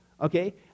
okay